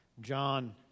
John